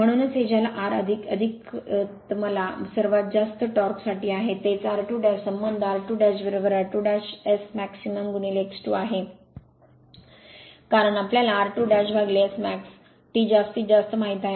म्हणूनच हे ज्याला r अधिकत्तमला सर्वात जास्त टॉर्क साठी आहे तेचr2 संबंध r2 r2S max x 2 आहे कारण आपल्याला r2S max T जास्तीत जास्त माहित आहे